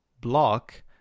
block